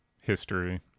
history